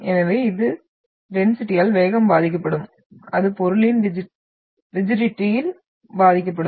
எனவே இது டென்சிடியால் வேகம் பாதிக்கப்படும் அது பொருளின் ரிஜிடிட்டியால் பாதிக்கப்படும்